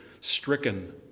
stricken